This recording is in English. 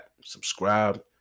subscribe